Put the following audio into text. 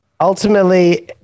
ultimately